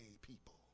people